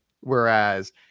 Whereas